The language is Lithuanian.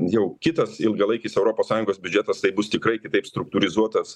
jau kitas ilgalaikis europos sąjungos biudžetas tai bus tikrai kitaip struktūrizuotas